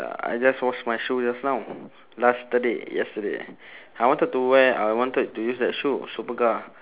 ya I just wash my shoe just now yesterday yesterday I wanted to wear I wanted to use that shoe superga